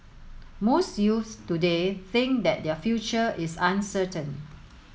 most youths today think that their future is uncertain